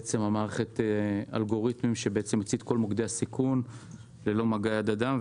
זאת מערכת אלגוריתמים שתוציא את כל מוקדי הסיכון ללא מגע יד אדם,